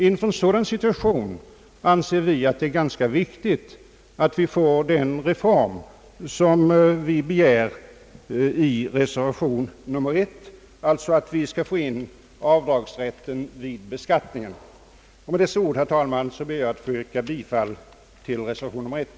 Inför en sådan situation anser vi att det är viktigt att vi får den reform som vi föreslår i reservation nr 1, alltså avdragsrätt vid beskattningen. Med dessa ord, herr talman, ber jag att få yrka bifall till reservation nr 1.